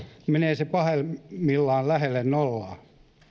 menee se pahimmillaan lähelle nollaa